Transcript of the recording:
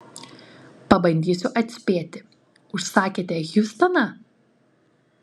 pabandysiu atspėti užsakėte hjustoną